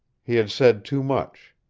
he had said too much.